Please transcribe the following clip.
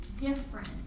different